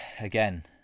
again